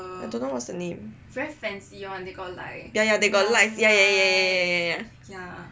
I don't know what's the name ya they got lights ya ya ya